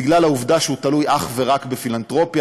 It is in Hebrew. בגלל העובדה שהוא תלוי אך ורק בפילנתרופיה,